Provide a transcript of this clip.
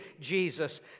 Jesus